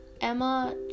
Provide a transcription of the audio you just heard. Emma